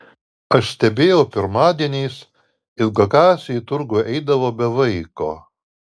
aš stebėjau pirmadieniais ilgakasė į turgų eidavo be vaiko